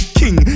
king